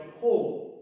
Paul